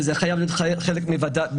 וזה חייב להיות חלק מהחריגים.